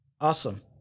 Awesome